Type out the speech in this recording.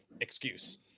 excuse